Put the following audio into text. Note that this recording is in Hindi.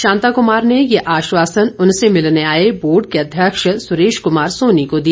शांता कुमार ने यह आश्वासन उनसे मिलने आए बोर्ड के अध्यक्ष सुरेश कुमार सोनी को दिया